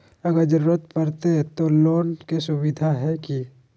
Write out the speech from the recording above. अगर जरूरत परते तो लोन के सुविधा है की?